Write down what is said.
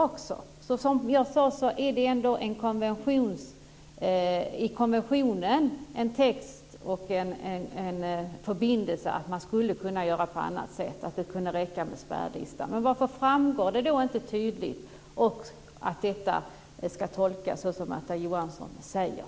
Det finns ändå i konventionen en text och en förbindelse som säger att man skulle kunna göra på annat sätt och att det kunde räcka med spärrlista. Varför framgår det inte tydligt att det ska tolkas så som Märta Johansson säger?